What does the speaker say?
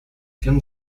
film